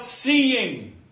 seeing